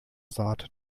saat